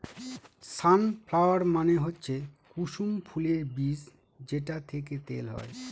সান flower মানে হচ্ছে কুসুম ফুলের বীজ যেটা থেকে তেল হয়